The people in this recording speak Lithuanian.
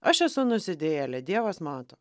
aš esu nusidėjėlė dievas mato